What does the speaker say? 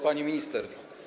Pani Minister!